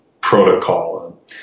protocol